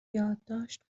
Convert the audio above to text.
یادداشت